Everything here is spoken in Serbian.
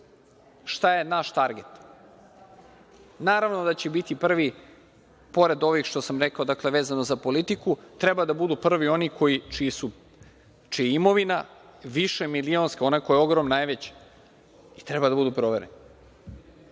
šta je naš target. Naravno da će biti prvi, pored ovih što sam rekao vezano za politiku, treba da budu prvi oni čija je imovina višemilionska, ona koja je ogromna, najveća i treba da budu provereni. Naravno